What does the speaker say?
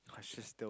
cautious though